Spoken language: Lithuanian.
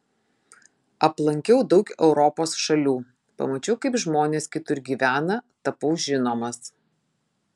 aplankiau daug europos šalių pamačiau kaip žmonės kitur gyvena tapau žinomas